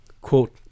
Quote